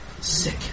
sick